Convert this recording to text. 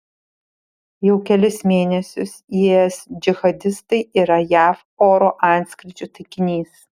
jau kelis mėnesius is džihadistai yra jav oro antskrydžių taikinys